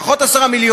פחות 10 מיליון,